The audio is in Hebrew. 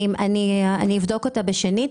אני אבדוק בשנית,